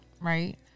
Right